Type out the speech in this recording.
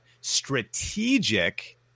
strategic